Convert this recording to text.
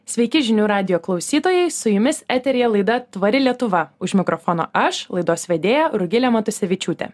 sveiki žinių radijo klausytojai su jumis eteryje laida tvari lietuva už mikrofono aš laidos vedėja rugilė matusevičiūtė